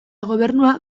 gobernua